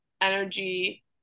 energy